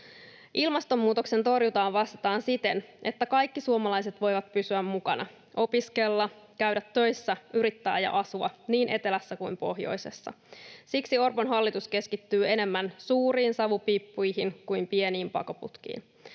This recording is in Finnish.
Ilmastonmuutoksen torjuntaan vastataan siten, että kaikki suomalaiset voivat pysyä mukana, opiskella, käydä töissä, yrittää ja asua niin etelässä kuin pohjoisessa. Siksi Orpon hallitus keskittyy enemmän suuriin savupiippuihin kuin pieniin pakoputkiin.